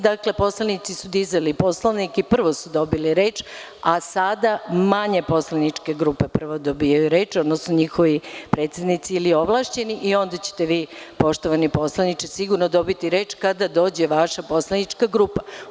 Dakle, poslanici su dizali Poslovnik i prvo su dobili reč, a sada manje poslaničke grupe prvo dobijaju reč, odnosno njihovi predsednici ili ovlašćeni predstavnici, i onda ćete vi, poštovani poslaniče, sigurno dobiti reč kada dođe vaša poslanička grupa.